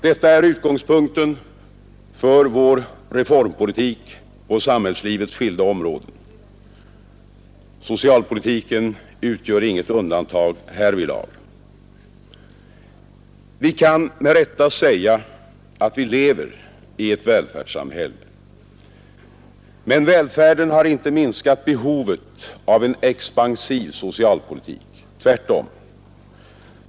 Detta är utgångspunkten för vår reformpolitik på samhällslivets skilda områden. Socialpolitiken utgör inget undantag härvidlag. Vi kan med rätta säga att vi lever i ett välfärdssamhälle, men välfärden har inte minskat behovet av en expansiv socialpolitik — tvärtom.